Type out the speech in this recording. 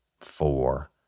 four